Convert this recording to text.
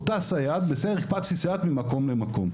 הקפצתי סייעת ממקום למקום.